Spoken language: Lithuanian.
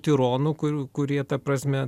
tironų kurių kurie ta prasme